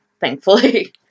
thankfully